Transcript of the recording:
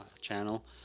channel